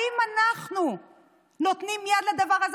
האם אנחנו נותנים יד לדבר הזה?